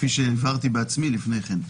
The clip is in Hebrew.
כפי שהבהרתי בעצמי לפני כן,